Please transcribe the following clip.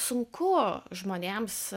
sunku žmonėms